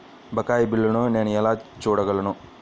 బకాయి బిల్లును నేను ఎలా చూడగలను?